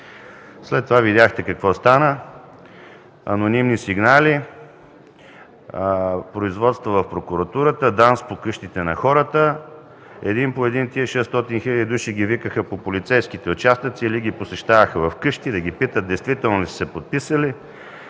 След това видяхте какво стана – анонимни сигнали; производство в прокуратурата; ДАНС по къщите на хората; един по един тези 600 хиляди души ги викаха по полицейските участъци, или ги посещаваха вкъщи да ги питат действително ли са се подписали;